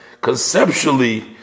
conceptually